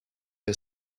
the